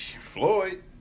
Floyd